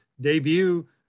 debut